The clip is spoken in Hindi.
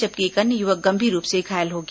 जबकि एक अन्य यूवक गंभीर रूप से घायल हो गया